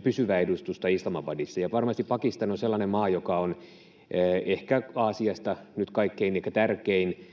pysyvää edustusta Islamabadissa. Ja varmasti Pakistan on sellainen maa, joka on ehkä Aasiasta nyt kaikkein tärkein